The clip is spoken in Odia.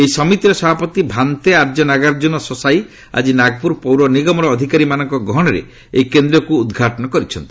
ଏହି ସମିତିର ସଭାପତି ଭାନ୍ତେ ଆର୍ଯ୍ୟ ନାଗାର୍ଜ୍ଜୁନ ସଶାଇ ଆଜି ନାଗପୁର ପୌର ନିଗମର ଅଧିକାରୀମାନଙ୍କ ଗହଶରେ ଏହି କେନ୍ଦ୍ରକୁ ଉଦ୍ଘାଟନ କରିଛନ୍ତି